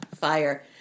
Fire